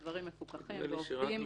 הדברים מפוקחים ועובדים.